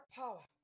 power